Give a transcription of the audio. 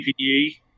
PPE